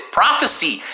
prophecy